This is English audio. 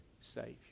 Savior